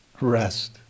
rest